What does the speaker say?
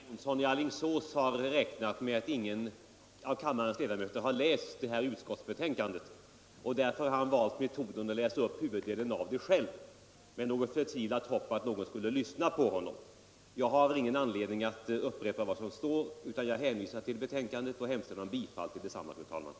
Fru talman! Herr Jonsson i Alingsås har tydligen räknat med att ingen av kammarens ledamöter har läst förevarande utskottsbetänkande, och därför har han valt metoden att själv läsa upp huvuddelen av betänkandet —- med ett förtvivlat hopp om att någon skulle lyssna på honom. Jag har ingen anledning att upprepa vad som står i betänkandet utan hänvisar bara till detsamma och yrkar bifall till utskottets hemställan.